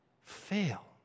fail